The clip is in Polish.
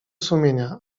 sumienia